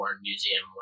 Museum